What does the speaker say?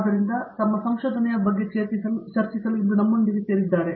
ಆದ್ದರಿಂದ ತಮ್ಮ ಸಂಶೋಧನೆಯ ಬಗ್ಗೆ ಚರ್ಚಿಸಲು ಸೇರಿದ್ದಾರೆ